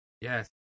Yes